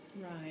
Right